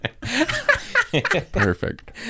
Perfect